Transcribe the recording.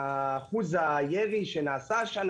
אבל אחוז הירי שנעשה השנה,